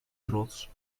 trots